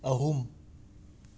ꯑꯍꯨꯝ